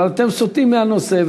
אבל אתם סוטים מהנושא.